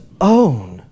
own